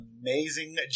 amazing